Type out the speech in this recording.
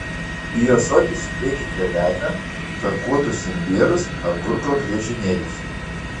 į ąsotį sudėkite ledą tarkuotus imbierus agurko griežinėlius